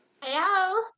Hello